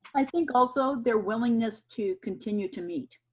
i think also, their willingness to continue to meet.